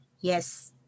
Yes